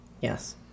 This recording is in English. Yes